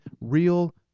real